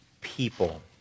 people